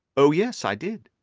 oh, yes, i did.